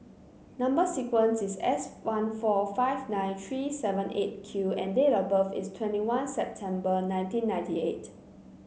number sequence is S one four five nine three seven Eight Q and date of birth is twenty one September nineteen ninety eight